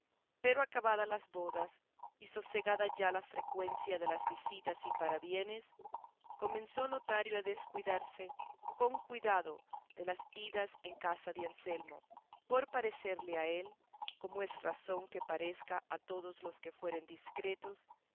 pero acabadas las bodas y sosegada ya la frecuencia de las visitas y parabienes comenzó lotario a descuidarse con cuidado de las idas en casa de anselmo por parecerle a él como es razón que parezca a todos los que fueren discretos